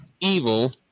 evil